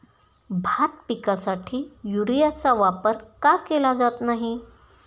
भात पिकासाठी युरियाचा वापर का केला जात नाही?